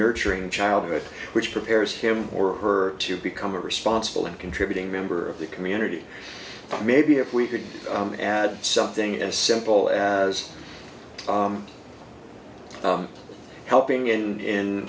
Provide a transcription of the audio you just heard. nurturing childhood which prepares him or her to become a responsible and contributing member of the community maybe if we could do something as simple as helping in